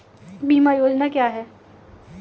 बीमा योजना क्या है?